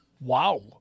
Wow